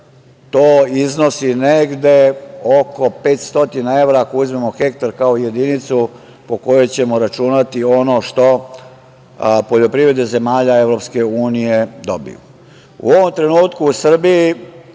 iznosi negde oko 500 evra, ako uzmemo hektar kao jedinicu po kojoj ćemo računati ono što poljoprivrede zemalja EU dobiju.U ovom trenutku u Srbiji